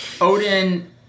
Odin